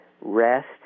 rest